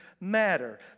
matter